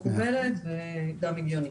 מקובלת וגם הגיונית.